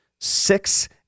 six